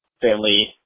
family